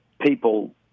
People